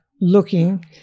looking